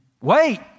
Wait